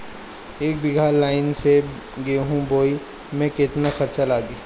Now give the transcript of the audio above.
एक बीगहा लाईन से गेहूं बोआई में केतना खर्चा लागी?